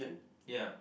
ya